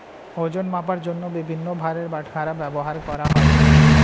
ওজন মাপার জন্য বিভিন্ন ভারের বাটখারা ব্যবহার করা হয়